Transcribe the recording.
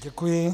Děkuji.